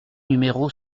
numéro